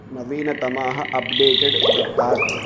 नवीनतमाः updated दत्तात्